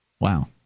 Wow